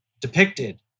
depicted